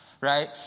right